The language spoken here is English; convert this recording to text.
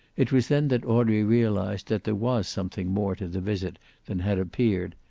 it was then that audrey realized that there was something more to the visit than had appeared,